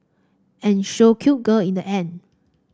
and show cute girl in the end